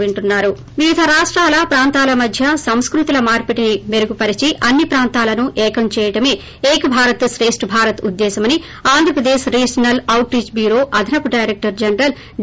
break వివిధ రాష్టాల ప్రాంతాల మధ్య సంస్కృతుల మార్పిడిని మెరుగుపరిచి అన్సి ప్రాంతాలను ఏకం చేయడమే ఏక్ భారత్ శ్రేష్ట భారత్ ఉద్దేశ్యమని Andhra Pradesh regional outreach bureau అదనపు డైరెక్ట్ జనరల్ డి